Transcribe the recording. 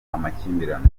amakimbirane